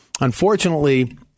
Unfortunately